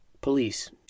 police